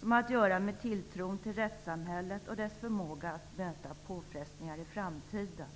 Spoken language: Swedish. som har att göra med tilltron till rättssamhället och dess förmåga att möta påfrestningar i framtiden.